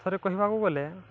ଥରେ କହିବାକୁ ଗଲେ